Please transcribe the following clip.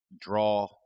draw